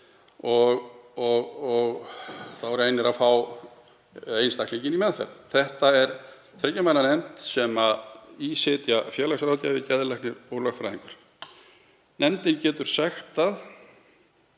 og reynir að fá einstaklinginn í meðferð. Þetta er þriggja manna nefnd sem í sitja félagsráðgjafi, geðlæknir og lögfræðingur. Nefndin getur sektað